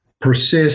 persist